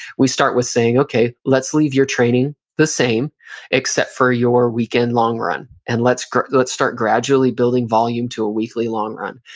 we start with saying, okay, let's leave your training the same except for your weekend long run, and let's let's start gradually building volume to a weekly long run.